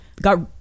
got